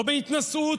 לא בהתנשאות,